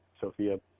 Sophia